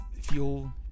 fuel